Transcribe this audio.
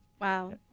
Wow